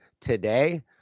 today